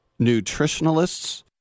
Nutritionalists